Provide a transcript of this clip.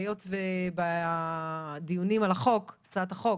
היות ובדיונים על הצעת החוק